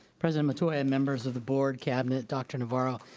president metoyer, members of the board, cabinet, dr. navarro,